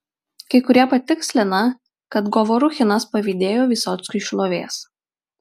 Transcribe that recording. kai kurie patikslina kad govoruchinas pavydėjo vysockiui šlovės